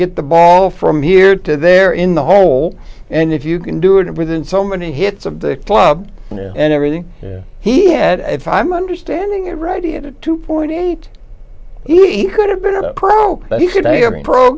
get the ball from here to there in the hole and if you can do it within so many hits of the club and everything he had if i'm understanding it right he had two point eight he could have been a pro